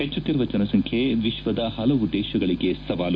ಹೆಚ್ಚುತ್ತಿರುವ ಜನಸಂಖ್ಯೆ ವಿಶ್ವದ ಹಲವು ದೇಶಗಳಿಗೆ ಸವಾಲು